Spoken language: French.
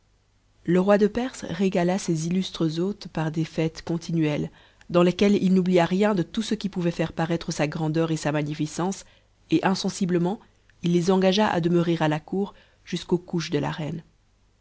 le roi de perse régala ses illustres hôtes par des fêtes continuelles dans lesquelles il n'oublia rien de tout ce qui pouvait faire paraître sa grandeur et sa magnificence et insensiblement il les engagea à demeurer à la cour jusqu'aux couches de la reine